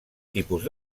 tipus